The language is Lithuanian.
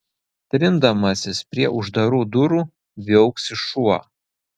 trindamasis prie uždarų durų viauksi šuo